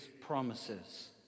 promises